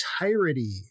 entirety